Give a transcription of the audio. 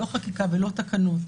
שהן לא חקיקה ולא תקנות,